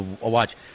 Watch